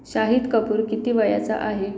शाहिद कपूर किती वयाचा आहे